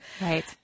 Right